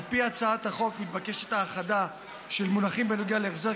על פי הצעת החוק מתבקשת האחדה של מונחים בנוגע להחזר